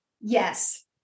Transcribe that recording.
Yes